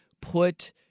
put